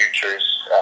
futures